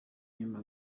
nyuma